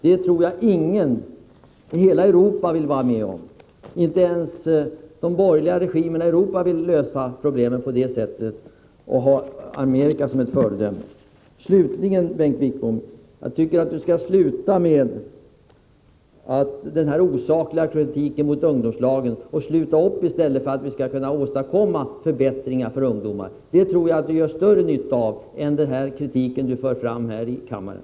Jag tror inte att några i hela Europa i övrigt, inte ens de borgerliga regimerna där, vill lösa problemen med USA som föredöme. Slutligen tycker jag att Bengt Wittbom skall sluta med sin osakliga kritik mot ungdomslagen. Slut i stället upp bakom våra ansträngningar att åstadkomma förbättringar för ungdomar! Det skulle vara till större nytta än den kritik Bengt Wittbom för fram här i kammaren.